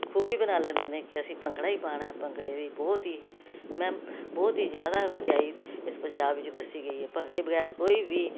ਖੂਬੀ ਬਣਾ ਲੈਂਦੇ ਨੇ ਕਿ ਅਸੀਂ ਭੰਗੜਾ ਹੀ ਪਾਉਣਾ ਭੰਗੜੇ ਦੀ ਬਹੁਤ ਹੀ ਮੈਂ ਬਹੁਤ ਹੀ ਜ਼ਿਆਦਾ ਵਡਿਆਈ ਇਸ ਪੰਜਾਬ ਵਿੱਚ ਦੱਸੀ ਗਈ ਹੈ ਭੰਗੜੇ ਬਗੈਰ ਕੋਈ ਵੀ